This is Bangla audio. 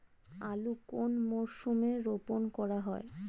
আলু কোন মরশুমে রোপণ করা হয়?